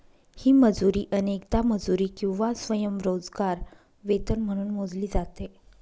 ही मजुरी अनेकदा मजुरी किंवा स्वयंरोजगार वेतन म्हणून मोजली जाते